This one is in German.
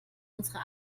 unserer